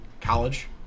college